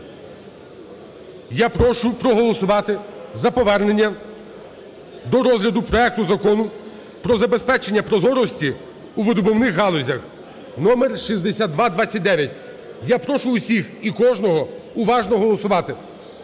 Я прошу проголосувати за повернення до розгляду проекту Закону про забезпечення прозорості у видобувних галузях (№ 6229). Я прошу усіх і кожного уважно голосувати.